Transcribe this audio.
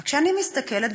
וכשאני מסתכלת,